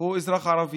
הוא אזרח ערבי.